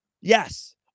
yes